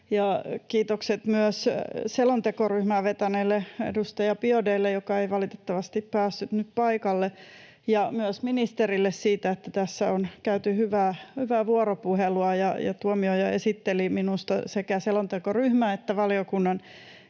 kiitokset myös selontekoryhmää vetäneelle edustaja Biaudet’lle — joka ei valitettavasti päässyt nyt paikalle — ja myös ministerille siitä, että tässä on käyty hyvää vuoropuhelua. Tuomioja esitteli minusta sekä selontekoryhmän että valiokunnan